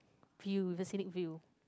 view the scenic view